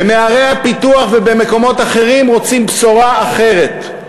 ובערי הפיתוח ובמקומות אחרים רוצים בשורה אחרת.